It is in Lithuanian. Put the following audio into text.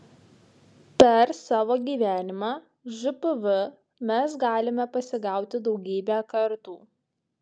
per savo gyvenimą žpv mes galime pasigauti daugybę kartų